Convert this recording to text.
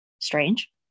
strange